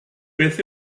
beth